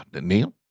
Neil